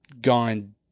gone